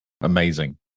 amazing